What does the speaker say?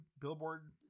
Billboard